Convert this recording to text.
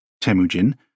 Temujin